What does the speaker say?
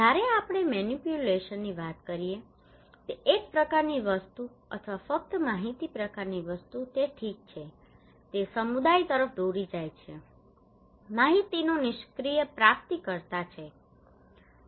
જ્યારે આપણે મેનિપ્યુલેશન્સની વાત કરીએ છીએ એ પ્રકારની વસ્તુ અથવા ફક્ત માહિતી પ્રકારની વસ્તુ તે ઠીક છે તે સમુદાય તરફ દોરી જાય છે માહિતીનો નિષ્ક્રિય પ્રાપ્તીકર્તા છે